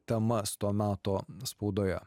temas to meto spaudoje